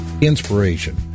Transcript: Inspiration